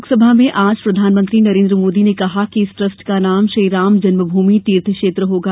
लोकसभा में आज प्रधानमंत्री नरेन्द्र मोदी ने कहा कि इस ट्रस्ट का नाम श्रीराम जन्म भूमि तीर्थ क्षेत्र होगा